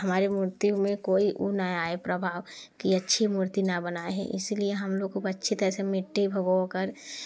हमारे मूर्तियों में कोई वह न आए प्रभाव की अच्छी मूर्ति न बनाए है इसे लिए हम लोग खूब अच्छी तरीके से मिट्टी भिगो कर